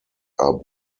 are